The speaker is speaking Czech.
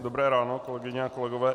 Dobré ráno, kolegyně a kolegové.